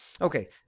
Okay